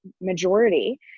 majority